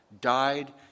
died